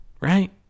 right